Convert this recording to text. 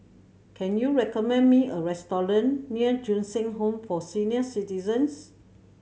can you recommend me a restaurant near Ju Eng Home for Senior Citizens